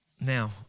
Now